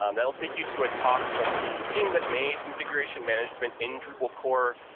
um that'll take you to a talk from the team that made configuration management in drupal core,